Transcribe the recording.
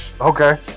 Okay